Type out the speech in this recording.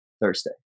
Thursday